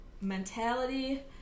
mentality